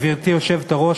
גברתי היושבת-ראש,